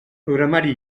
programari